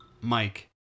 Mike